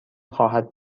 خواهد